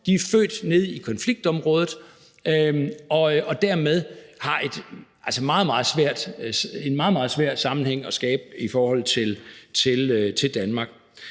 De er født nede i konfliktområdet og har derfor meget svært ved at skabe en sammenhæng til Danmark.